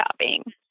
shopping